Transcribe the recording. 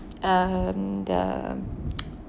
um the